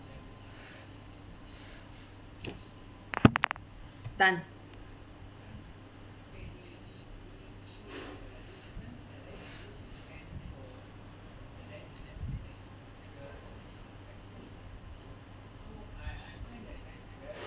done